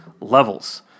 levels